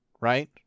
Right